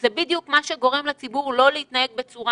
זה בדיוק מה שגורם לציבור לא להתנהג בצורה